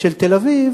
תדמיין